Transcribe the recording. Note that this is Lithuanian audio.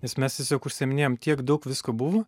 nes mes tiesiog užsiiminėjom tiek daug visko buvo